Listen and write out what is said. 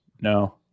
No